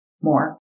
more